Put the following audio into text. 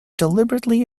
deliberately